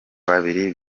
babiri